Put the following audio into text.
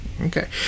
okay